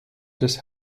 des